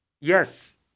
yes